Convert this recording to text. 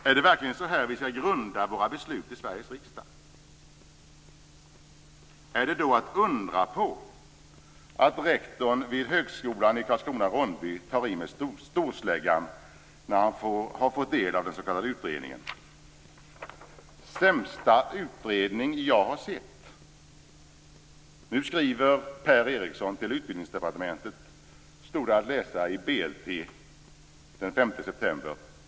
Är det verkligen så här vi skall grunda våra beslut i Sveriges riksdag? Är det då att undra på att rektorn vid högskolan i Karlskrona/Ronneby tar i med storsläggan när han har fått del av den s.k. utredningen. "Sämsta utredning jag sett", skriver han i BLT den 5 september.